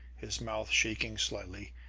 his mouth shaking slightly,